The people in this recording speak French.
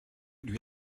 lui